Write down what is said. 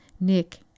Nick